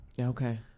Okay